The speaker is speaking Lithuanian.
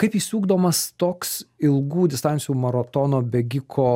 kaip jis ugdomas toks ilgų distancijų maratono bėgiko